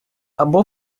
або